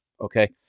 Okay